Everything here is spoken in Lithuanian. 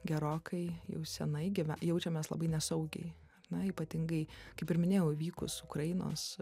gerokai jau senai gimę jaučiamės labai nesaugiai na ypatingai kaip ir minėjau įvykus ukrainos